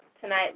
tonight